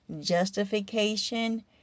justification